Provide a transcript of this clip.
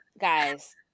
guys